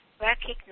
recognize